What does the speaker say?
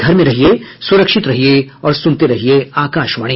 घर में रहिये सुरक्षित रहिये और सुनते रहिये आकाशवाणी